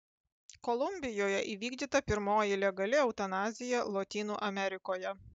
kolumbijoje įvykdyta pirmoji legali eutanazija lotynų amerikoje